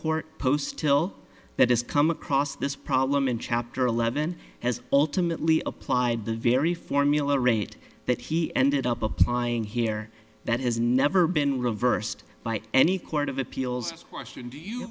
court post hill that has come across this problem in chapter eleven has ultimately applied the very formula rate that he ended up applying here that has never been reversed by any court of appeals question do you